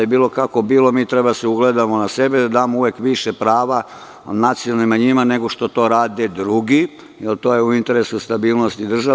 Bilo kako bilo, mi treba da se ugledamo na sebe i da damo uvek više prava nacionalnim manjinama nego što to rade drugi, jer to je u interesu stabilnosti države.